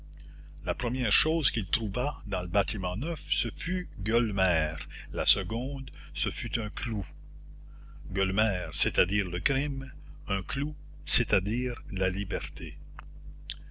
la première chose qu'il trouva dans le bâtiment neuf ce fut gueulemer la seconde ce fut un clou gueulemer c'est-à-dire le crime un clou c'est-à-dire la liberté